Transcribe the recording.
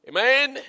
Amen